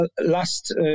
last